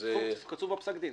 שזה --- קצוב בפסק דין.